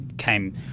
Came